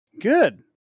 Good